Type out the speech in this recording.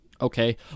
Okay